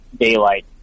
daylight